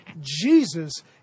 Jesus